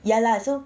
ya lah so